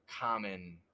common